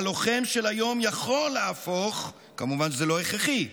הלוחם של היום יכול להפוך, כמובן שזה לא הכרחי,